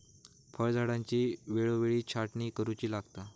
फळझाडांची वेळोवेळी छाटणी करुची लागता